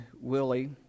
Willie